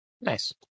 Nice